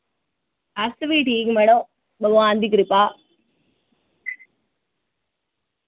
अस बी ठीक मड़ो भगवान दी किरपा